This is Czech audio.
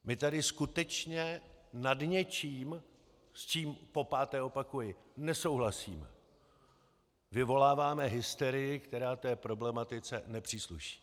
My tady skutečně nad něčím, s čím popáté opakuji nesouhlasíme, vyvoláváme hysterii, která té problematice nepřísluší.